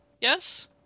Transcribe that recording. Yes